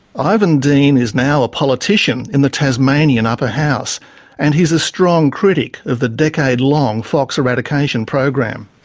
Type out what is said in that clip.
ivan dean is now a politician in the tasmanian upper house and he's a strong critic of the decade-long fox eradication program.